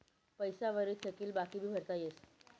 पैसा वरी थकेल बाकी भी भरता येस